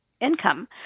income